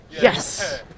Yes